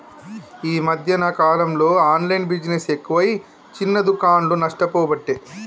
ఈ మధ్యన కాలంలో ఆన్లైన్ బిజినెస్ ఎక్కువై చిన్న దుకాండ్లు నష్టపోబట్టే